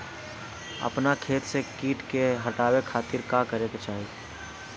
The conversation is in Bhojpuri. अपना खेत से कीट के हतावे खातिर का करे के चाही?